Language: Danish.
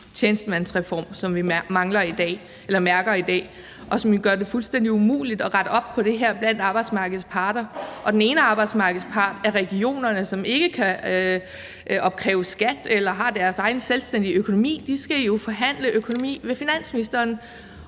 tjenestemandsreform, som vi mærker i dag, og som gør det fuldstændig umuligt at rette op på det her blandt arbejdsmarkedets parter. Og den ene arbejdsmarkedspart er regionerne, som ikke kan opkræve skat eller har deres egen selvstændige økonomi, for de skal jo forhandle økonomi med finansministeren.